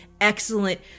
excellent